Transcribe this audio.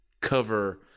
cover